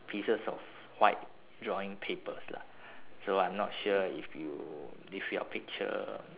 pieces of white drawing papers lah so I'm not sure if you if your picture